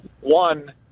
One